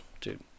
dude